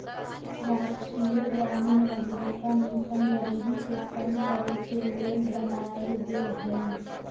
राष्ट्रीय ग्रामीण आजीविका मिशन गरीबी के कम करेके के लेल बनाएल गेल हइ